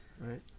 right